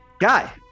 Guy